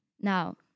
Now